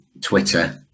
Twitter